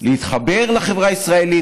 להתחבר לחברה הישראלית,